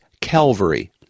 Calvary